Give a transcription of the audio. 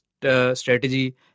strategy